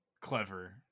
clever